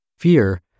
Fear